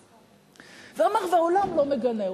ואמר: העולם לא מגנה,